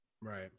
Right